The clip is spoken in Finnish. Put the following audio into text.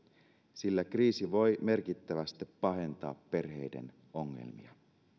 sillä kriisi voi merkittävästi pahentaa perheiden ongelmia